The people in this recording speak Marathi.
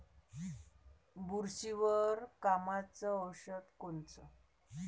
बुरशीवर कामाचं औषध कोनचं?